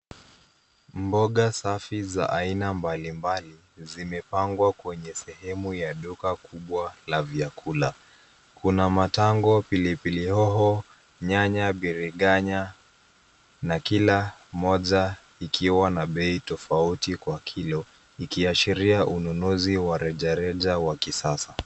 Mboga safi za aina mbalimbali zimepangwa kwenye sehemu ya duka kubwa la vyakula. Kuna matango, pilipili hoho, nyanya, biriganya na kila moja ikiwa na bei tofauti kwa kilo, ikiashiria ununuzi wa rejareja wa kisasa.